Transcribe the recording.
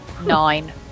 nine